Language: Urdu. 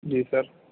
جی سر